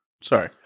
Sorry